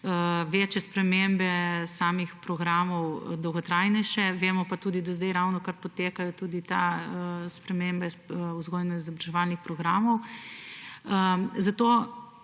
večje spremembe samih programov dolgotrajnejše, vemo pa tudi, da zdaj ravnokar potekajo tudi spremembe vzgojno-izobraževalnih programov. Zato